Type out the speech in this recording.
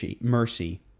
mercy